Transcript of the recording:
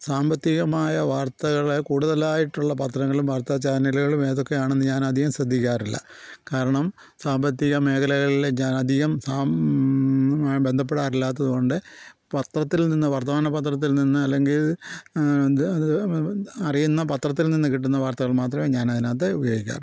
സാമ്പത്തികമായ വാർത്തകള് കൂടുതലായിട്ടുള്ള പത്രങ്ങളും വാർത്താച്ചാനലുകളുമേതൊക്കെയാണെന്ന് ഞാനധികം ശ്രദ്ധിക്കാറില്ല കാരണം സാമ്പത്തിക മേഖലകളില് ഞാനധികം ബന്ധപ്പെടാറില്ലാത്തതുകൊണ്ട് പത്രത്തിൽ നിന്ന് വർത്തമാന പത്രത്തിൽ നിന്ന് അല്ലെങ്കിൽ എന്ത് അറിയുന്ന പത്രത്തിൽ നിന്ന് കിട്ടുന്ന വാർത്തകൾ മാത്രമേ ഞാനതിനകത്ത് ഉപയോഗിക്കാറുള്ളൂ